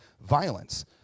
violence